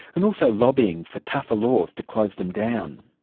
and also lobbying for tougher laws to close them down.